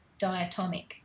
diatomic